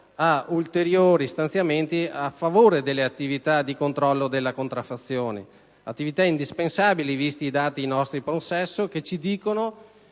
un ulteriore stanziamento a favore delle attività di controllo della contraffazione. Tali attività sono indispensabili visti i dati in nostro possesso, che ci dicono